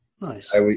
Nice